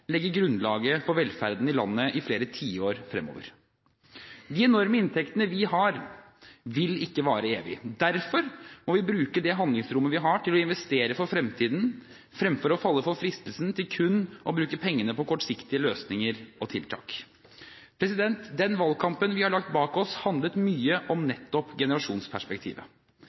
legge grunnlaget for velferden i landet i flere tiår fremover. De enorme inntektene vi har, vil ikke vare evig. Derfor må vi bruke det handlingsrommet vi har, til å investere for fremtiden fremfor å falle for fristelsen til kun å bruke pengene på kortsiktige løsninger og tiltak. Den valgkampen vi har lagt bak oss, handlet mye om nettopp generasjonsperspektivet.